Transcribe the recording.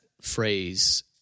phrase